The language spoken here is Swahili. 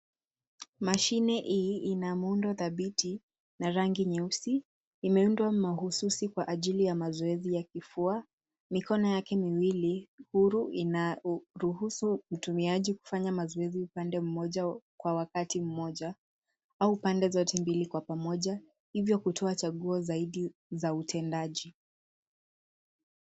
Mashine hii ina muundo dhabiti na rangi nyeusi. Imeundwa mahususi kwa ajili ya mazoezi ya kifua. Mikono yake miwili huru inaruhusu mtumiaji kufanya mazoezi upande mmoja kwa wakati mmoja au pande zote mbili kwa pamoja hivyo kutoa chaguo zaidi za utendaji.